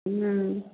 ह्म्म